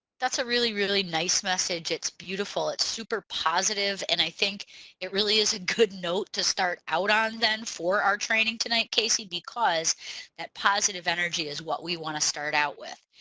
that's a really really nice message it's beautiful it's super positive and i think it really is a good note to start out on then for our training tonight casey because that positive energy is what we want to start out with.